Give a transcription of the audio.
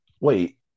Wait